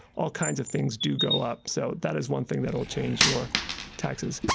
all kinds of things do go up, so that is one thing that will change your taxes.